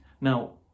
Now